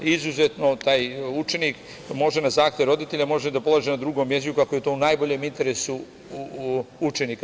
Izuzetno taj učenik, može na zahtev roditelja, može da polaže na drugom jeziku, ako je to u najboljem interesu učenika.